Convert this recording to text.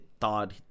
thought